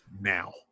now